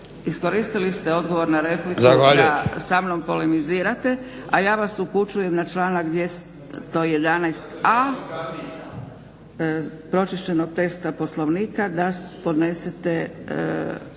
iskoristili odgovor na repliku da sa mnom polemizirate. A ja vas upućujem na članak 211.a pročišćenog teksta Poslovnika da zatražite